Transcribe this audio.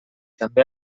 també